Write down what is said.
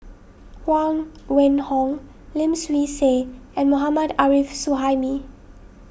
Huang Wenhong Lim Swee Say and Mohammad Arif Suhaimi